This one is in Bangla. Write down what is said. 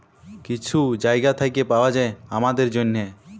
কিছু জায়গা থ্যাইকে পাউয়া যায় আমাদের জ্যনহে